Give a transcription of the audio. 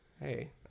Hey